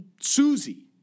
Susie